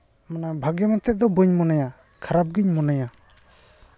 ᱩᱱᱟᱹᱜ ᱵᱷᱟᱹᱜᱤ ᱢᱮᱱ ᱛᱮᱫᱚ ᱵᱟᱹᱧ ᱢᱚᱱᱮᱭᱟ ᱠᱷᱟᱨᱟᱯ ᱜᱤᱧ ᱢᱚᱱᱮᱭᱟ